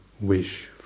wish